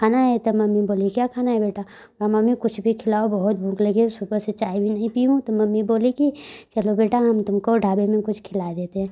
खाना है तब मम्मी बोली क्या खाना है बेटा हाँ मम्मी कुछ भी खिलाओ बहुत भूख लगी है सुबह से चाय भी नहीं पी हूँ तो मम्मी बोली कि चलो बेटा हम तुमको ढाबे में कुछ खिला देते हैं